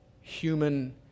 human